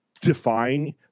define